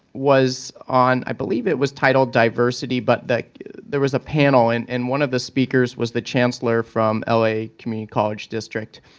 was on i believe it was titled diversity. but there was a panel and and one of the speakers was the chancellor from l a. community college district.